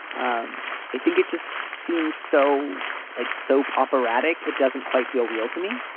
um i think it just seems so like soap operatic. it doesn't quite feel real to me